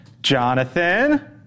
Jonathan